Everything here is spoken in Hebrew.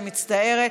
אני מצטערת.